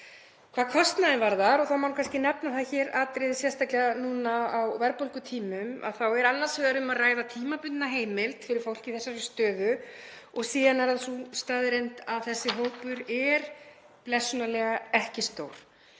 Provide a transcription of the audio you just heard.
Hvað kostnaðinn varðar þá má kannski nefna hér atriði, sérstaklega núna á verðbólgutímum, að það er annars vegar um að ræða tímabundna heimild fyrir fólk í þessari stöðu og síðan er það sú staðreynd að þessi hópur er blessunarlega ekki stór.